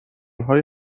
های